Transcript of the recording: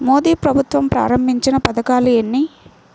మోదీ ప్రభుత్వం ప్రారంభించిన పథకాలు ఎన్ని?